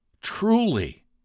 truly